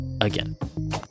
again